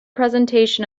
presentation